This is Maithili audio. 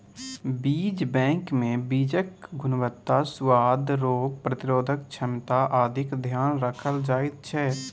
बीज बैंकमे बीजक गुणवत्ता, सुआद, रोग प्रतिरोधक क्षमता आदिक ध्यान राखल जाइत छै